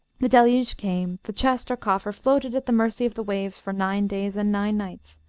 the deluge came the chest, or coffer, floated at the mercy of the waves for nine days and nine nights,